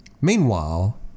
Meanwhile